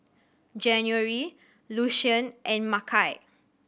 January Lucien and Makai